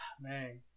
Man